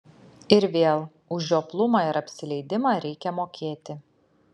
ir vėl už žioplumą ir apsileidimą reikia mokėti